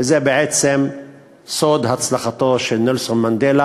וזה בעצם סוד הצלחתו של נלסון מנדלה